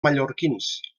mallorquins